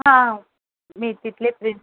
हां मी तिथलेच